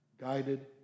guided